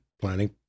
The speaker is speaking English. planning